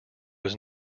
was